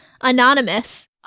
Anonymous